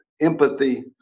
empathy